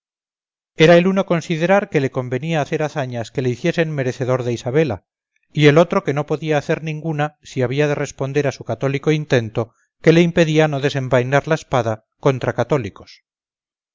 era el uno considerar que le convenía hacer hazañas que le hiciesen merecedor de isabela y el otro que no podía hacer ninguna si había de responder a su cathólico intento que le impedía no desenvainar la espada contra cathólicos